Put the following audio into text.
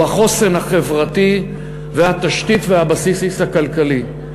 הוא החוסן החברתי והתשתית והבסיס הכלכלי.